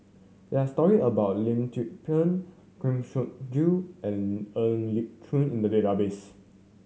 there are story about Lim Tze Peng Kang Siong Joo and Ng Li Chin in the database